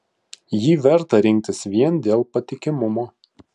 jį verta rinktis vien dėl patikimumo